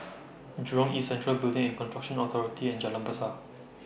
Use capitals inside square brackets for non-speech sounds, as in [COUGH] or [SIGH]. [NOISE] Jurong East Central Building and Construction Authority and Jalan Besar